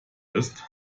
ist